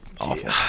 awful